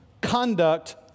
conduct